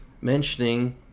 mentioning